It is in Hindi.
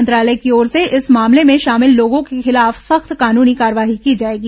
मंत्रालय की ओर से इस मामले में शामिल लोगों के खिलाफ सख्त कानूनी कार्रवाई की जाएगी